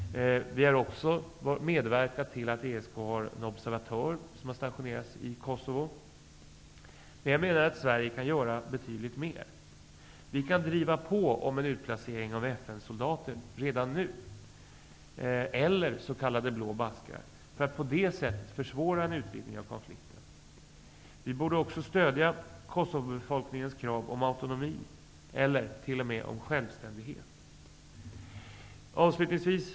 Vi har också medverkat till att ESK har stationerat en observatör i Kosovo. Jag menar dock att Sverige kan göra betydligt mer. Vi kan driva på i frågan om en utplacering av FN soldater eller s.k. Blå baskrar redan nu för att på det sättet försvåra en utvidgning av konflikten. Vi borde också stödja Kosovobefolkningens krav på autonomi eller t.o.m. självständighet. Herr talman!